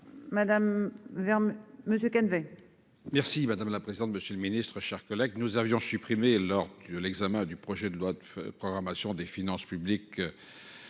madame la présidente. Monsieur le Ministre, chers collègues nous avions supprimé lors de l'examen du projet de loi de programmation des finances publiques.